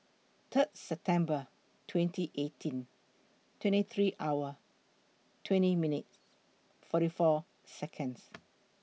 Third September twenty eighteen twenty three hour twenty minutes forty four Seconds